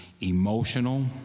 emotional